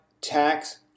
tax